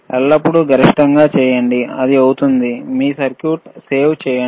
ఎల్లప్పుడూ గరిష్టంగా చేయండి అది అవుతుంది మీ సర్క్యూట్ను సేవ్ చేయండి